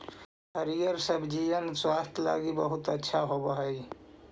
हरिअर सब्जिअन स्वास्थ्य लागी बहुत अच्छा होब हई